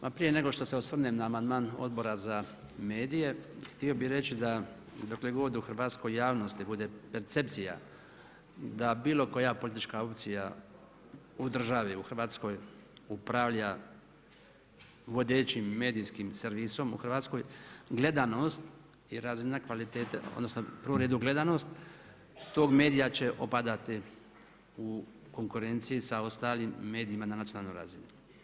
Pa prije nego što se osvrnem na amandman Odbora za medije htio bih reći da dokle god u hrvatskoj javnosti bude percepcija da bilo koja politička opcija u državi, u Hrvatskoj upravlja vodećim medijskim servisom u Hrvatskoj gledanost i razina kvalitete, odnosno u prvom redu gledanost tog medija će opadati u konkurenciji sa ostalim medijima na nacionalnoj razini.